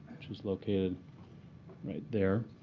which is located right there,